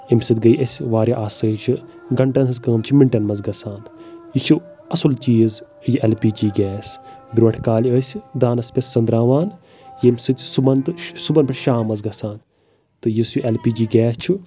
اَمہِ سۭتۍ گٔیے اَسہِ واریاہ آسٲیِش گنٛٹن ہِنٛز کٲم چھِ مِنٹن منٛز گژھان یہِ چھُ اَصٕل چیٖز یہِ ایل پی جی گیس برۄنٛٹھ کالہِ ٲسۍ دانَس پٮ۪ٹھ سٔنٛدراوان ییٚمہِ سۭتۍ صبٮحن تہٕ صبحن پٮ۪ٹھ شام ٲسۍ گژھان تہٕ یُس یہِ ایل پی جی گیس چھُ